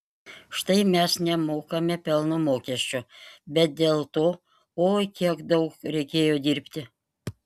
štai mes nemokame pelno mokesčio bet dėl to oi kiek daug reikėjo dirbti